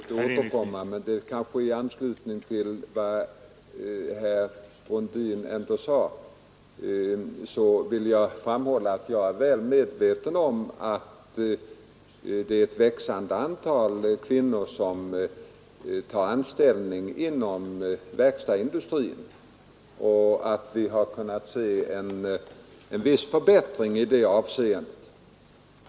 Herr talman! Jag lovade att inte återkomma i denna debatt men jag vill ändå med anledning av vad herr Brundin här anförde framhålla att jag är väl medveten om att ett växande antal kvinnor tar anställning inom verkstadsindustrin och att vi har kunnat se en viss förbättring i detta avseende.